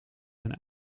een